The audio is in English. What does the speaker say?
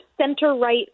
center-right